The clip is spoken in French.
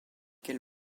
quel